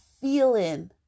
feeling